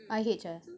I_H ah is it